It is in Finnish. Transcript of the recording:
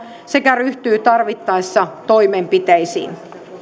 sekä ryhtyy tarvittaessa toimenpiteisiin